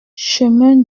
chemin